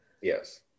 Yes